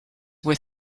were